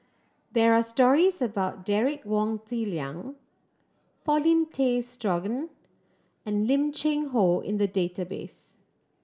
there are stories about Derek Wong Zi Liang Paulin Tay Straughan and Lim Cheng Hoe in the database